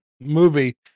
movie